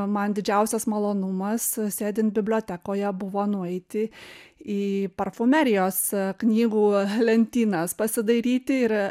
man didžiausias malonumas sėdint bibliotekoje buvo nueiti į parfumerijos knygų lentynas pasidairyti ir e